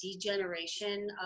degeneration